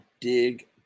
dig